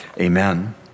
amen